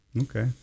Okay